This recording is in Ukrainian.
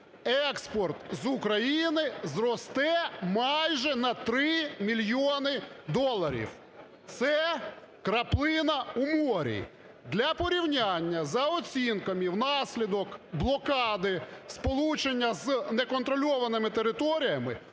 експорт з України зросте майже на 3 мільйони доларів. Це краплина у морі. Для порівняння. За оцінками, внаслідок блокади сполучення з неконтрольованими територіями